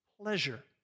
pleasure